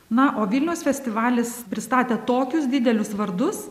na o vilniaus festivalis pristatė tokius didelius vardus